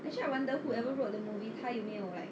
actually I wonder whoever wrote the movie 他有没有 like